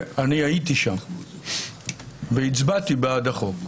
אני הייתי שם והצבעתי בעד החוק.